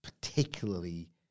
particularly